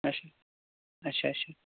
اچھا اچھا اچھا